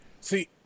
See